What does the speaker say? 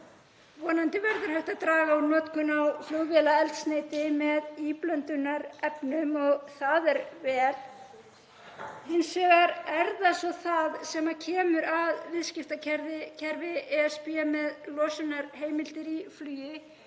vonandi verður hægt að draga úr notkun á flugvélaeldsneyti með íblöndunarefnum og það er vel. Hins vegar er svo það sem kemur að viðskiptakerfi ESB með losunarheimildir í flugi